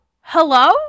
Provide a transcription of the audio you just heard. hello